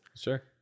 Sure